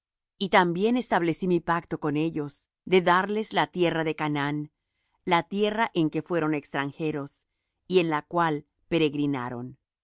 y también establecí mi pacto con ellos de darles la tierra de canaán la tierra en que fueron extranjeros y en la cual peregrinaron